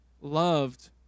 loved